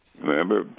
Remember